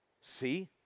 See